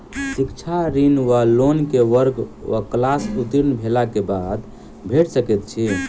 शिक्षा ऋण वा लोन केँ वर्ग वा क्लास उत्तीर्ण भेलाक बाद भेट सकैत छी?